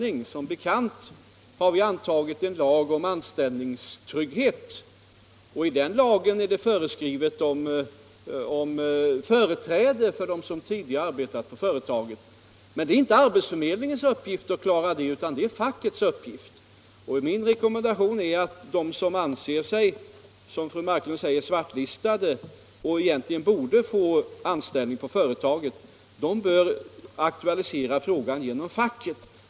Vi har som bekant antagit en lag om anställningstrygghet, och i den lagen föreskrivs företräde för dem som tidigare har arbetat vid företaget. Men det är som sagt inte arbetsförmedlingens uppgift att se till det, utan det är fackets. Och min rekommendation är, att de som anser sig svartlistade — som fru Marklund uttryckte det — men som egentligen borde få anställning vid företaget bör aktualisera frågan genom facket.